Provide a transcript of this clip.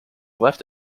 left